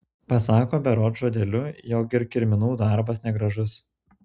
pasako berods žodeliu jog ir kirminų darbas negražus